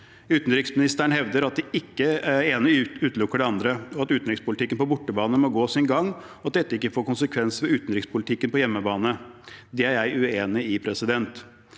Utenriksministeren hevder at det ene ikke utelukker det andre, at utenrikspolitikken på bortebane må gå sin gang, og at dette ikke får konsekvenser for utenrikspolitikken på hjemmebane. Det er jeg uenig i.